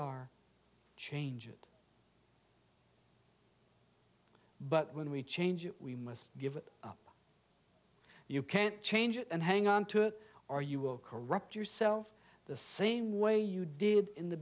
are change it but when we change it we must give it up you can't change it and hang on to it or you will corrupt yourself the same way you did in the